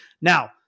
Now